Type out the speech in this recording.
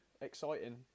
exciting